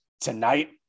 tonight